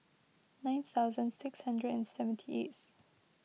nine thousand six hundred and seventy eighth